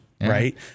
Right